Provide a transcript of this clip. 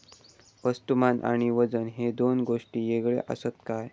वस्तुमान आणि वजन हे दोन गोष्टी वेगळे आसत काय?